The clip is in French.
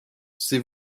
c’est